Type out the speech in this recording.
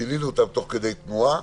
שינינו אותם תוך כדי תנועה,